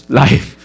life